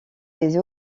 des